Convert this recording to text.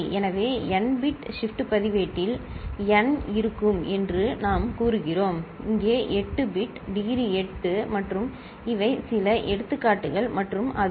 எனவே n bit shift பதிவேட்டில் n இருக்கும் என்று நாம் கூறுகிறோம் இங்கே 8 பிட் டிகிரி 8 மற்றும் இவை சில எடுத்துக்காட்டுகள் மற்றும் அது x8 x7 மற்றும் x1 எனில் சரி